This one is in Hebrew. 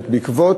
לא בעקבות